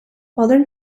modern